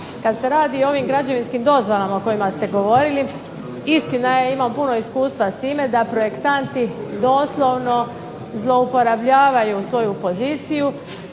Kada se radi o ovim građevinskim dozvolama o kojima ste govorili, istina je imam puno iskustva s time da projektanti doslovno zloupotrebljavaju svoju poziciju,